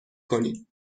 کنید